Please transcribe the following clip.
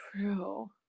True